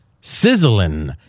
sizzling